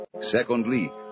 Secondly